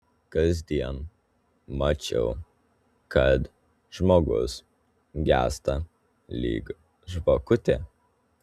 kasdien mačiau kad žmogus gęsta lyg žvakutė